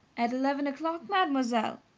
at eleven o'clock, mademoiselle?